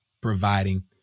providing